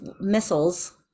missiles